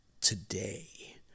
today